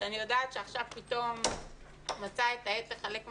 שאני יודעת שעכשיו פתאום מצא את העת לחלק מחשבים,